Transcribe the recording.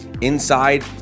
Inside